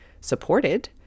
supported